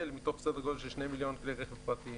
מתוך סדר גודל של שני מיליון כלי רכב פרטיים.